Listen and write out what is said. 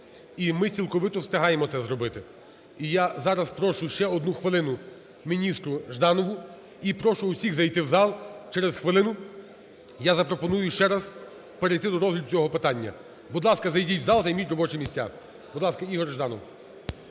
і ми цілковито встигаємо це зробити. І я зараз прошу ще одну хвилину міністру Жданову, і прошу всіх зайти в зал, через хвилину я запропоную ще раз перейти до розгляду цього питання. Будь ласка, зайдіть в зал, займіть робочі місця. Будь ласка, Ігор Жданов.